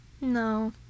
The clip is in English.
no